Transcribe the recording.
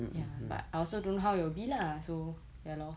ya but I also don't know how it will be lah so ya lor